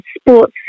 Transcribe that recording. sports